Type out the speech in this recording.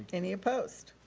any opposed?